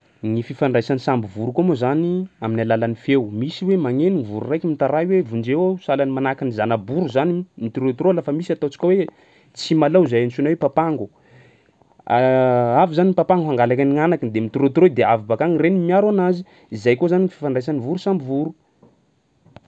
Ny fifandraisan'ny samby voro koa moa zany amin'ny alalan'ny feo misy hoe magneno ny voro raiky mitaray hoe vonjeo aho sahalan'ny manahaka ny zana-boro zany mitorotoroa lafa misy ataontsika hoe tsimalaho izay antsoina hoe papango avy zany ny papango hangalaky gn'agnakiny de mitorotoroy de avy baka agny ny reniny miaro anazy, zay ko zany fifandraisan'ny voro samby voro.